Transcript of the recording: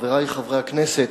חברי חברי הכנסת,